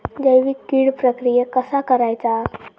जैविक कीड प्रक्रियेक कसा करायचा?